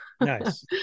Nice